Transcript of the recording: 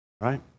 right